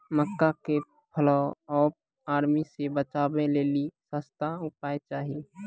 मक्का के fall of army से बचाबै लेली सस्ता उपाय चाहिए?